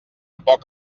poc